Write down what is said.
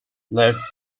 left